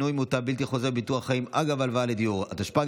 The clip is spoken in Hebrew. (שינוי מוטב בלתי חוזר בביטוח חיים אגב הלוואה לדיור) התשפ"ג